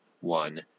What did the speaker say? one